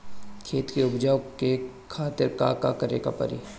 खेत के उपजाऊ के खातीर का का करेके परी?